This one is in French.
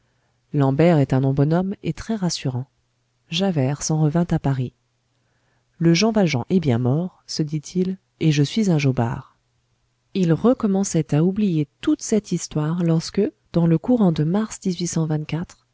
lambert est un nom bonhomme et très rassurant javert s'en revint à paris le jean valjean est bien mort se dit-il et je suis un jobard il recommençait à oublier toute cette histoire lorsque dans le courant de mars